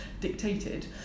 dictated